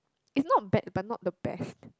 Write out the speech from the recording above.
it's not bad but not the best